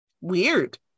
weird